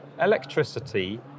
Electricity